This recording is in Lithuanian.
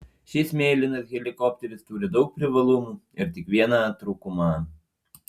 šis mėlynas helikopteris turi daug privalumų ir tik vieną trūkumą